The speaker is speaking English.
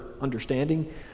understanding